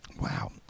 Wow